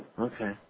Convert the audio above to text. Okay